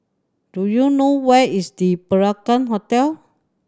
do you know where is Le Peranakan Hotel